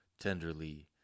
tenderly